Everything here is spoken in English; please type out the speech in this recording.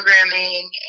programming